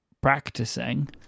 practicing